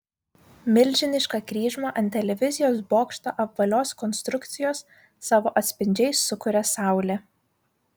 milžinišką kryžmą ant televizijos bokšto apvalios konstrukcijos savo atspindžiais sukuria saulė